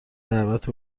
دعوت